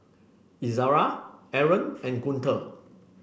Izzara Aaron and Guntur